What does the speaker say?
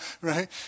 right